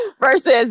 versus